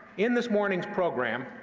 in this morning's program,